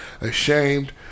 ashamed